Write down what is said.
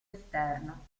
esterno